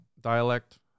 Dialect